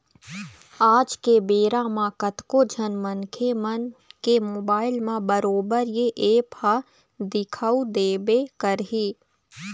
आज के बेरा म कतको झन मनखे मन के मोबाइल म बरोबर ये ऐप ह दिखउ देबे करही